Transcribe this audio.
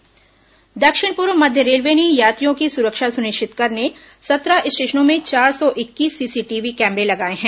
railway CCTV camera दक्षिण पूर्व मध्य रेलवे ने यात्रियों की सुरक्षा सुनिश्चित करने सत्रह स्टेशनों में चार सौ इक्कीस सीसीटीवी कैमरे लगाए हैं